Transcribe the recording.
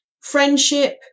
friendship